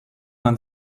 man